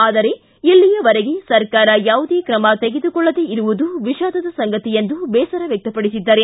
ಆದರೆ ಇಲ್ಲಿಯವರೆಗೆ ಸರ್ಕಾರ ಯಾವುದೇ ಕ್ರಮ ತೆಗೆದುಕೊಳ್ಳದೇ ಇರುವುದು ವಿಷಾದದ ಸಂಗತಿ ಎಂದು ಬೇಸರ ವ್ಯಕ್ತಪಡಿಸಿದ್ದಾರೆ